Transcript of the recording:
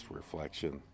reflection